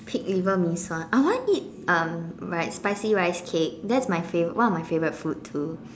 pig liver mee-sua I want eat um like spicy rice cake that's my favorite one of my favorite food too